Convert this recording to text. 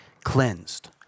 cleansed